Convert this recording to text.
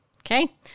Okay